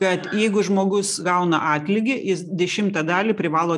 kad jeigu žmogus gauna atlygį jis dešimtą dalį privalo